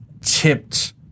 tipped